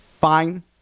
fine